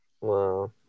Wow